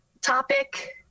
topic